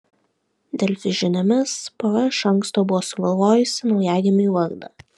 delfi žiniomis pora iš anksto buvo sugalvojusi naujagimiui vardą